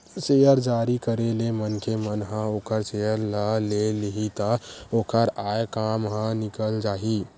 share जारी करे ले मनखे मन ह ओखर सेयर ल ले लिही त ओखर आय काम ह निकल जाही